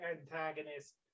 antagonist